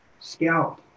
scalp